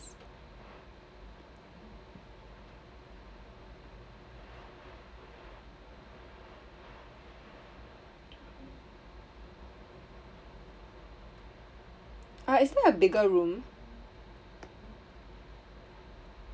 uh is there a bigger room